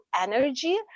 energy